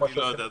אני לא יודע,